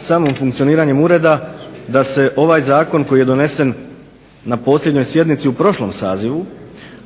samim funkcioniranjem ureda da se ovaj zakon koji je donesen na posljednjoj sjednici u prošlom sazivu